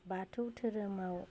बाथौ धोरोमाव